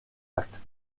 actes